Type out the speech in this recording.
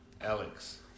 Alex